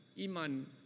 Iman